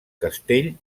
castell